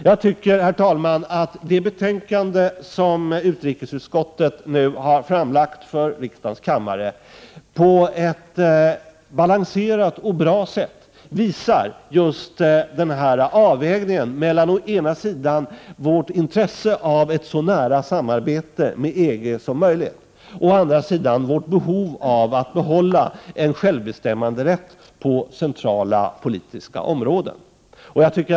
Jag tycker, herr talman, att det betänkande som utrikesutskottet nu har framlagt för riksdagens kammare på ett balanserat och bra sätt visar just denna avvägning mellan å ena sidan vårt intresse av ett så nära samarbete med EG som möjligt, å andra sidan vårt behov av att behålla en självbestämmanderätt på centrala politiska områden.